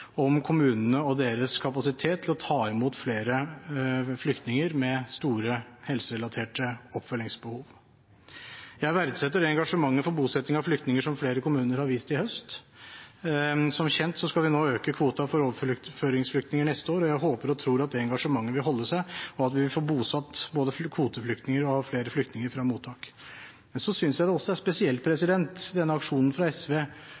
om kommunene og deres kapasitet til å ta imot flere flyktninger med store helserelaterte oppfølgingsbehov. Jeg verdsetter det engasjementet for bosetting av flyktninger som flere kommuner har vist i høst. Som kjent skal vi nå øke kvoten for overføringsflyktninger neste år, og jeg håper og tror at det engasjementet vil holde seg, og at vi vil få bosatt både kvoteflyktninger og flere flyktninger fra mottak. Men jeg synes også det er spesielt at denne aksjonen fra SV